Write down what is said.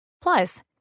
Plus